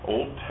Old